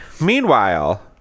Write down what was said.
Meanwhile